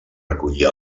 recollir